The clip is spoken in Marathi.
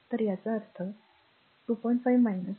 तर याचा अर्थ याचा अर्थ r 2